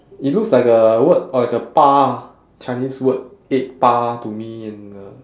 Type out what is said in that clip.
it looks like a word or like a 八 chinese word eight 八 to me in the